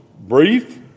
Brief